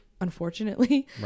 unfortunately